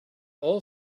all